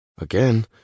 Again